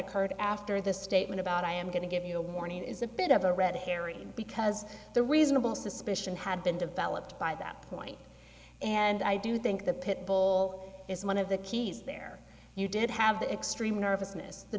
occurred after the statement about i am going to give you a warning is a bit of a red herring because the reasonable suspicion had been developed by that point and i do think the pit bull is one of the keys there you did have the extreme nervousness the